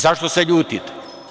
Zašto se ljutite?